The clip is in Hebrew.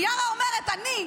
מיארה אומרת: אני,